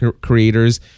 creators